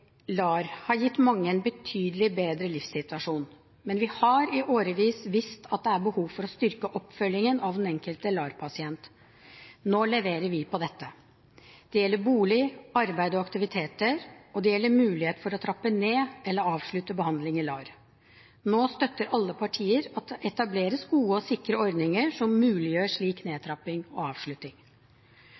LAR, har gitt mange en betydelig bedre livssituasjon. Men vi har i årevis visst at det er behov for å styrke oppfølgingen av den enkelte LAR-pasient. Nå leverer vi på dette. Det gjelder bolig, arbeid og aktiviteter, og det gjelder mulighet for å trappe ned eller avslutte behandling i LAR. Nå støtter alle partier at det etableres gode og sikre ordninger som muliggjør slik nedtrapping og